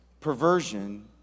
perversion